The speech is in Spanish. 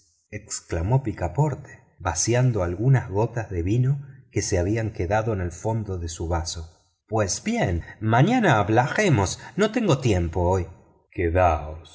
exclamó picaporte vaciando algunas gotas de vino que se habían quedado en el fondo de su vaso pues bien mañana hablaremos no tengo tiempo hoy quedaos